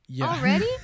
Already